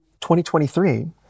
2023